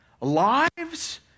lives